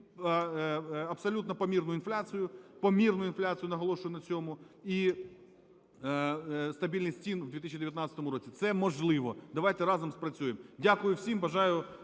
абсолютно помірну інфляцію, помірну інфляцію, наголошую на цьому, і стабільність цін в 2019 році. Це можливо. Давайте разом спрацюємо. Дякую всім. Бажаю